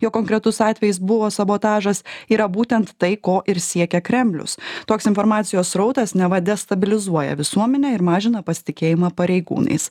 jog konkretus atvejis buvo sabotažas yra būtent tai ko ir siekia kremlius toks informacijos srautas neva destabilizuoja visuomenę ir mažina pasitikėjimą pareigūnais